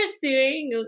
pursuing